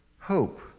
hope